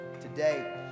today